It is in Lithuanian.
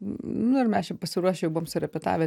nu ir mes čia pasiruošę jau buvom surepetavę